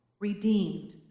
redeemed